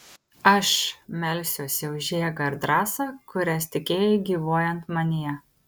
aš melsiuosi už jėgą ir drąsą kurias tikėjai gyvuojant manyje